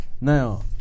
Now